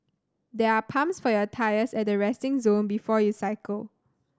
there are pumps for your tyres at the resting zone before you cycle